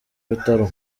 bitaro